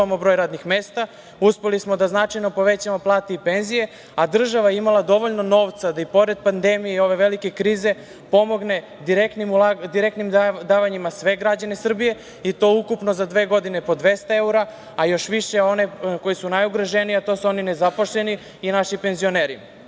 očuvamo broj radnih mesta, uspeli smo da značajno povećamo plate i penzije, a država je imala dovoljno novca da pored pandemije i ove velike krize pomogne direktnim davanjima svim građanima Srbije i to ukupno za dve godine po 200 evra, a još više one koji su najugroženiji, a to su oni nezapošljeni i naši penzioneri. Država